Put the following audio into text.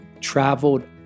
traveled